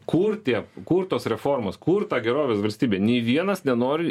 kur tie kur tos reformos kur ta gerovės valstybei nei vienas nenori